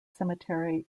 cemetery